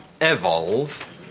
evolve